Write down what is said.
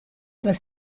per